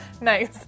Nice